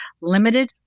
Limited